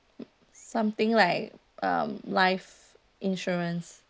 something like um life insurance